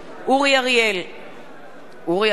אורי אריאל,